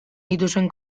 dituzuen